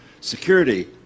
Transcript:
security